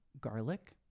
garlic